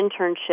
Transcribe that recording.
internship